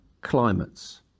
climates